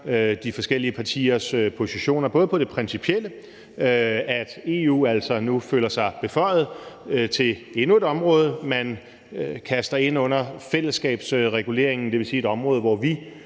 de forskellige partiers positioner. Det er jo både i forhold til det principielle om, at EU altså nu føler sig beføjet til endnu et område, som man kaster ind under fællesskabsreguleringen, dvs. et område, hvor vi